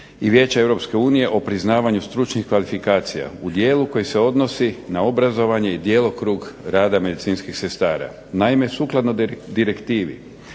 i Vijeća EU o priznavanju stručnih kvalifikacija u dijelu koji se odnosi na obrazovanje i djelokrug rada medicinskih sestara. Naime, sukladno Direktivi